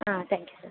ah thank you sir